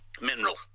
mineral